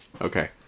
Okay